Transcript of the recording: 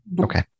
Okay